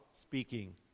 speaking